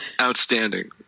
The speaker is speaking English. Outstanding